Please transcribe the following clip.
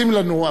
גלעד,